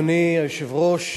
אדוני היושב-ראש,